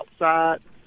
outside